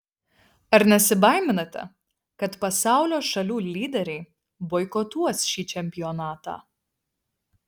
ar nesibaiminate kad pasaulio šalių lyderiai boikotuos šį čempionatą